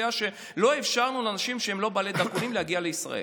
הייתה שלא אפשרנו לאנשים שהם לא בעלי דרכונים להגיע לישראל.